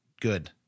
good